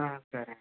సరే అండి